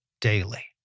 daily